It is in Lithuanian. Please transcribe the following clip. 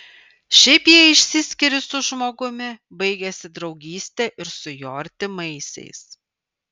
šiaip jei išsiskiri su žmogumi baigiasi draugystė ir su jo artimaisiais